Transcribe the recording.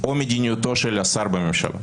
או מדיניותו של השר בממשלה.